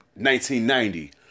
1990